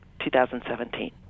2017